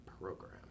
program